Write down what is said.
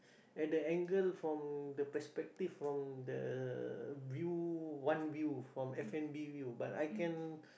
at the angle from the perspective from the view one view from F-and-B view but I can